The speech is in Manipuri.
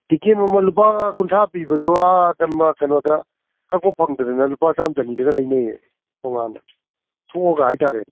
ꯇꯤꯀꯦꯠ ꯃꯃꯜ ꯂꯨꯄꯥ ꯀꯨꯟꯊ꯭ꯔꯥ ꯄꯤꯕꯗꯣ ꯑꯥꯗ ꯀꯩꯅꯣꯗ ꯀꯛꯄ ꯐꯪꯗꯗꯅ ꯂꯨꯄꯥ ꯆꯥꯝ ꯆꯅꯤꯗꯒ ꯂꯩꯅꯩꯑꯕ ꯇꯣꯉꯥꯟꯅ ꯊꯣꯛꯑꯒ ꯍꯥꯏꯇꯥꯔꯦꯅꯦ